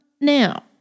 Now